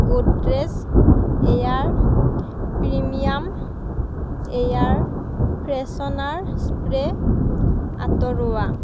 Godrej air premium air freshener spray আঁতৰোৱা